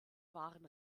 waren